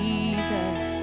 Jesus